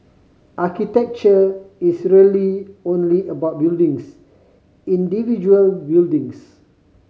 architecture is really only about buildings individual buildings